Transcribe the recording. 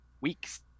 weeks